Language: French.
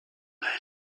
pas